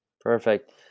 Perfect